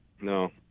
No